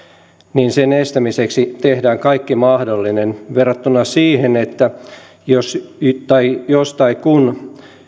niin sen estämiseksi tehdään kaikki mahdollinen verrattuna siihen että jos tai jos tai kun